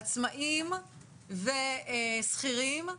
עצמאים ושכירים,